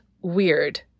weird